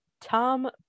tom